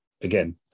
again